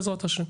בעזרת השם.